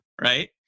Right